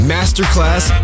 Masterclass